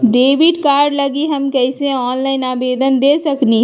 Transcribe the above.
Debit card लागी हम कईसे ऑनलाइन आवेदन दे सकलि ह?